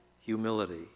humility